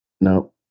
no